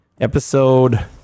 episode